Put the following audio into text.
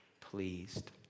pleased